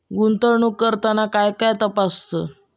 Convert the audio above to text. गुंतवणूक करताना काय काय तपासायच?